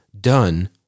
done